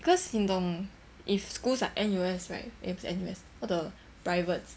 cause 你懂 if school like N_U_S right eh 不是 N_U_S all the privates